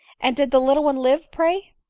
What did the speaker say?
and did the little one live, pray?